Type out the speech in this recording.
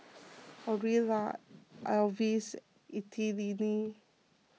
Orilla Alvis Ethelene